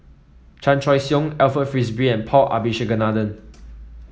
Chan Choy Siong Alfred Frisby and Paul Abisheganaden